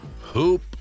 Hoop